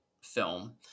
film